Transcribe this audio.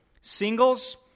Singles